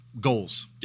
goals